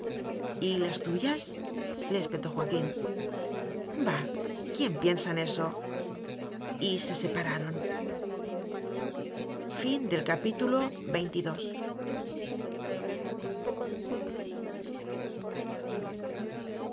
las tuyas le espetó joaquín bah quién piensa en eso y se separaron